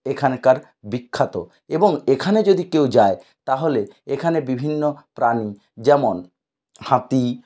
এখানকার বিখ্যাত এবং এখানে যদি কেউ যায় তাহলে এখানে বিভিন্ন প্রাণী যেমন হাতি